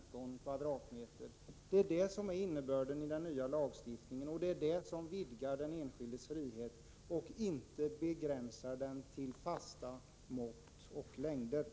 Det är innebörden i den nya lagstiftningen, och det vidgar den enskildes frihet i stället för att begränsa den genom en bestämmelse om en fast storlek.